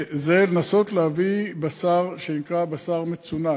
להביא בשר שנקרא בשר מצונן.